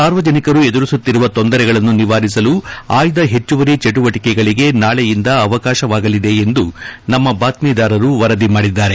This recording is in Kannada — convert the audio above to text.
ಸಾರ್ವಜನಿಕರು ಎದುರಿಸುತ್ತಿರುವ ತೊಂದರೆಗಳನ್ನು ನಿವಾರಿಸಲು ಆಯ್ದ ಹೆಚ್ಚುವರಿ ಚಟುವಟಿಕೆಗಳಿಗೆ ನಾಳೆಯಿಂದ ಅವಕಾಶವಾಗಲಿದೆ ಎಂದು ನಮ್ಮ ಬಾತ್ತೀದಾರರು ವರದಿಮಾಡಿದ್ದಾರೆ